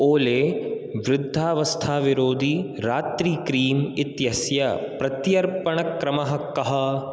ओले वृद्धावस्थाविरोदी रात्रि क्रीम् इत्यस्य प्रत्यर्पणक्रमः कः